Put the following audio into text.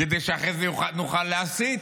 כדי שאחרי זה נוכל להסית.